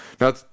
Now